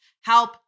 help